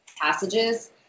passages